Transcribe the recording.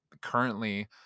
Currently